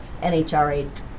NHRA